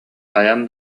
хайаан